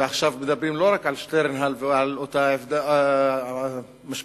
ועכשיו מדברים לא רק על שטרנהל ועל אותה משפחה